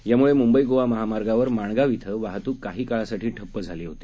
यामुळे मुंबई गोवा महामार्गवर माणगाव इथं वाहतूक काही काळासाठी ठप्प झाली होती